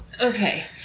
Okay